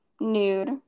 nude